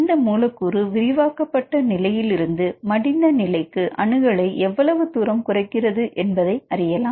இந்த மூலக்கூறு விரிவாக்கப்பட்ட நிலையிலிருந்து மடிந்த நிலைக்கு அணுகலை எவ்வளவு தூரம் குறைக்கிறது என்பதை அறியலாம்